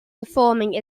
performing